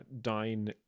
dine